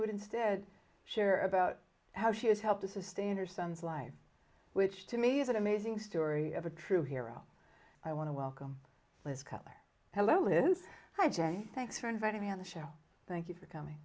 would instead share about how she has helped to sustain or son's life which to me is an amazing story of a true hero i want to welcome liz cutler hello this hi jay thanks for inviting me on the show thank you for coming